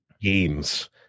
games